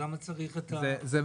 למה צריך את זה?